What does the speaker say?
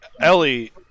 Ellie